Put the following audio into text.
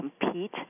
compete